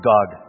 God